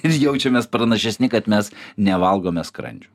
ir jaučiamės pranašesni kad mes nevalgome skrandžių